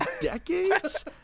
decades